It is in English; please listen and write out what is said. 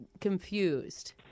confused